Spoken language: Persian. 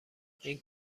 این